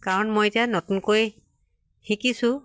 কাৰণ মই এতিয়া নতুনকৈ শিকিছোঁ